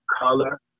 color